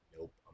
nope